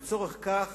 לצורך כך